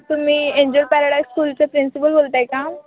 तुम्ही Angel Paradise स्कूलचे principal बोलताय का